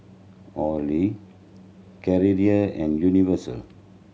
Olay Carrera and Universal